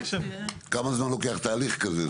כמה זמן לוקח תהליך כזה?